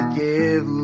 give